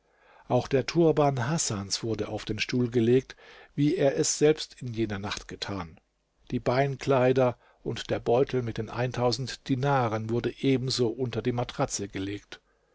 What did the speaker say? auch der turban hasans wurde auf den stuhl gelegt wie er es selbst in jener nacht getan die beinkleider und der beutel mit den dinaren wurden ebenso unter die matratze gelegt